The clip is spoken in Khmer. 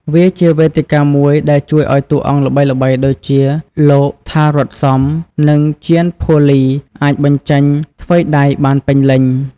វាជាវេទិកាមួយដែលជួយឲ្យតួអង្គល្បីៗដូចជា លោក Tharoth Sam និង Jean-Paul Ly អាចបញ្ចេញថ្វីដៃបានពេញលេញ។